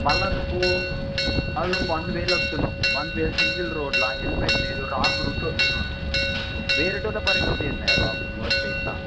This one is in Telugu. మళ్ళా నువ్వు వన్ వేలో వస్తున్నావు వన్ వే సింగిల్ రోడ్లో హెల్మెట్ లేదు రాంగ్ రూట్లో వస్తున్నావు నువ్వు వేరేవాళ్ళ పరిస్థితి ఏంటయ్యా బబు నువ్వు వస్తే ఇలా